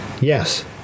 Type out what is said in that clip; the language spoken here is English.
Yes